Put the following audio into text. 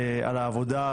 על העבודה,